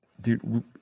dude